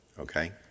okay